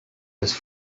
was